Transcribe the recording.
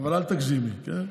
אבל אל תגזימי, כן?